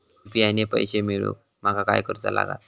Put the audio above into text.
UPI ने पैशे मिळवूक माका काय करूचा लागात?